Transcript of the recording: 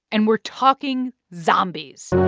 and we're talking zombies